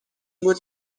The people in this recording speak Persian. بود